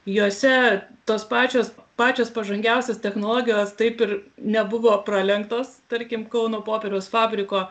juose tos pačios pačios pažangiausios technologijos taip ir nebuvo pralenktos tarkim kauno popieriaus fabriko